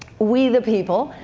we the people,